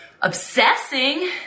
obsessing